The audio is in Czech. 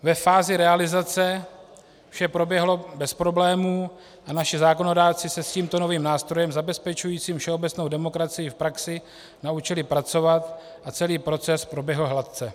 Ve fázi realizace vše proběhlo bez problémů a naši zákonodárci se s tímto novým nástrojem zabezpečujícím všeobecnou demokracii v praxi naučili pracovat a celý proces proběhl hladce.